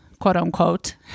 quote-unquote